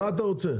מה אתה רוצה?